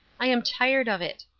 i am tired of it.